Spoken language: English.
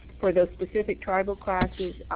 for the specific tribal classes,